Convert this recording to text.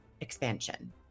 expansion